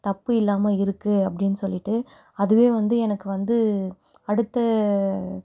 தப்பு இல்லாமல் இருக்குது அப்படின் சொல்லிவிட்டு அதுவே வந்து எனக்கு வந்து அடுத்த